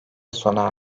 sona